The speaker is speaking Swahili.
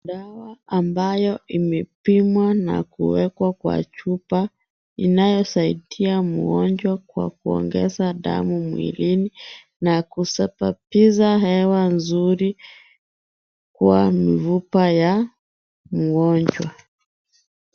Dawa ambayo imepimwa na kuwekwa kwa chupa inayosaidia mgonjwa kwa kuongeza damu mwilini na kusababisha hewa nzuri kwa mifupa ya mgonjwa .